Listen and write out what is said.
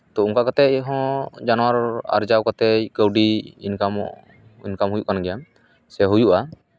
ᱛᱚ ᱚᱱᱠᱟ ᱠᱟᱛᱮᱜ ᱦᱚᱸ ᱡᱟᱱᱣᱟᱨ ᱟᱨᱡᱟᱣ ᱠᱟᱛᱮᱜ ᱠᱟᱹᱣᱰᱤ ᱤᱱᱠᱟᱢᱚᱜ ᱤᱱᱠᱟᱢ ᱦᱩᱭᱩᱜ ᱠᱟᱱ ᱜᱮᱭᱟ ᱥᱮ ᱦᱩᱭᱩᱜᱼᱟ